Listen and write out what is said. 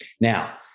Now